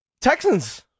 Texans